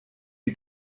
die